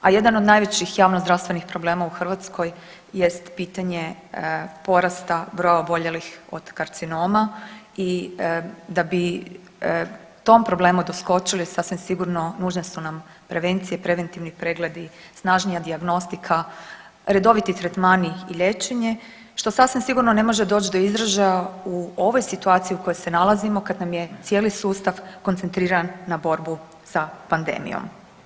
A jedan od najvećih javnozdravstvenih problema u Hrvatskoj jest pitanje porasta broja oboljelih od karcinoma i da bi tom problemu doskočili sasvim sigurno nužne su nam prevencije, preventivni pregledi, snažnija dijagnostika, redoviti tretmani i liječenje što sasvim sigurno ne može doći do izražaja u ovoj situaciji u kojoj se nalazimo kad nam je cijeli sustav koncentriran na borbu sa pandemijom.